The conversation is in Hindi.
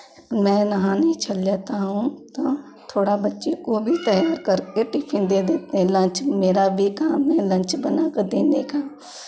मैं नहाने चल जाता हूँ तो थोड़ा बच्चे को भी तैयार करके टिफिन दे देते हैं लंच मेरा भी काम है लंच बना कर देने का